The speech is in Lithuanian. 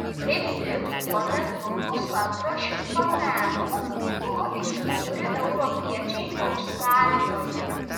kaip tik tuo metu pusantro šimto metų buvo įsikūrę europiečiai australijoje